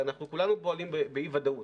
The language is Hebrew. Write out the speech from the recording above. הרי כולנו פועלים באי ודאות.